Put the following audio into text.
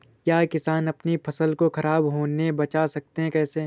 क्या किसान अपनी फसल को खराब होने बचा सकते हैं कैसे?